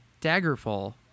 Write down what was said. Daggerfall